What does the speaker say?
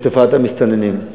הוא תופעת המסתננים.